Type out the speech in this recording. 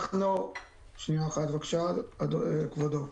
שנייה אחת, כבודו.